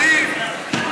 זה מה שהשגנו, שאתם פוחדים.